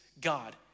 God